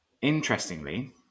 interestingly